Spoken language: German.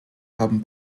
haben